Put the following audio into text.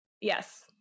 yes